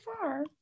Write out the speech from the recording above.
far